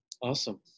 Awesome